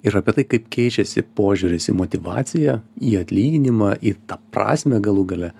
ir apie tai kaip keičiasi požiūris į motyvaciją į atlyginimą į tą prasmę galų gale